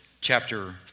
chapter